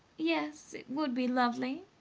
yes, it would be lovely!